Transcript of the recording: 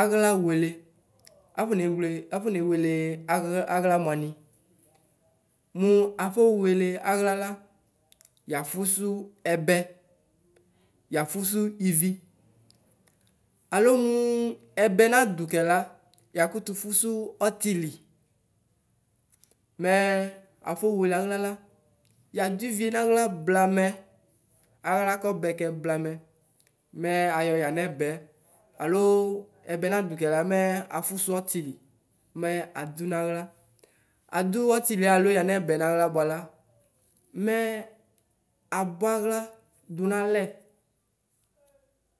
Aɣlawele afɔnewele, afɔnewele, aɣlaɣla nʋamɩ mʋ afɔwele, aɣla la yafusu ɛbɛ yafusu ivi alo mʋ ɛbɛ nadukɛ la yakutu fusu ɔtili, mɛ afɔwele aɣlala, yadʋ ivie naɣla blamɛ, aɣla kɔbɛkɛ blamɛ, mɛ ayɔ yanɛbɛ alo ɛbɛ nadukɛ la mɛ afusu ɔtili. Mɛ adu naɣla adu ɔtitiɛ alo yanɛbɛ naɣla buala, mɛ abuaɣla dunu alɛ